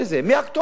מי הכתובת?